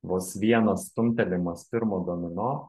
vos vienas stumtelėjimas pirmo domino